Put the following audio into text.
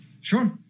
Sure